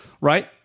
Right